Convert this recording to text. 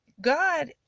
God